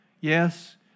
Yes